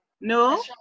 no